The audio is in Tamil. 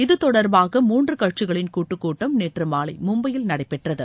இதுதொடர்பாக மூன்று கட்சிகளின் கூட்டுக்கூட்டம் நேற்று மாலை மும்பையில் நடைபெற்றது